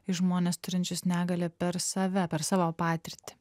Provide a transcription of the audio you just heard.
į žmones turinčius negalią per save per savo patirtį